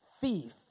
thief